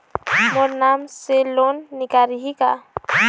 मोर नाम से लोन निकारिही का?